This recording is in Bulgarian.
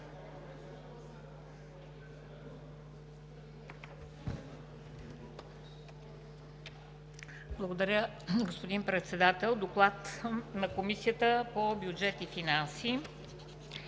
Благодаря, господин Председател. „ДОКЛАД на Комисията по бюджет и финанси